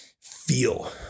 feel